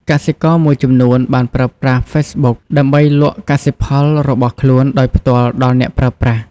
កសិករមួយចំនួនបានប្រើប្រាស់ហ្វេសប៊ុកដើម្បីលក់កសិផលរបស់ខ្លួនដោយផ្ទាល់ដល់អ្នកប្រើប្រាស់។